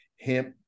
hemp